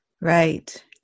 Right